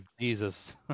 jesus